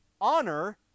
Honor